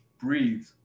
breathe